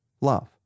Love